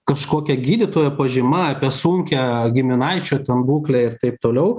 kažkokia gydytojo pažyma apie sunkią giminaičio ten būklę ir taip toliau